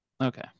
Okay